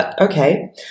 okay